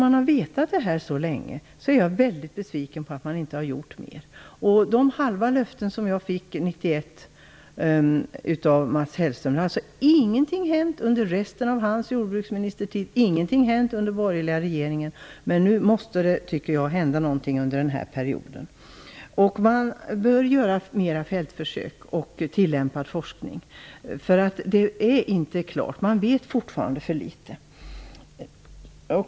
Man har länge vetat detta. Därför är jag väldigt besviken över att inte mera gjorts. När det gäller de halva löften som jag fick 1991 av Mats Hellström kan jag säga att ingenting hände under resten av hans tid som jordbruksminister. Ingenting hände heller under den borgerliga regeringens tid. Därför tycker jag att något måste hända under den här perioden. Man bör göra mer när det gäller fältförsök och tillämpad forskning. Man vet fortfarande för litet.